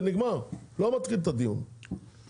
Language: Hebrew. אני קצת מכיר --- אני לא מתחיל את הדיון עוד פעם.